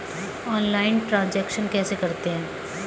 Online transaction कैसे करते हैं?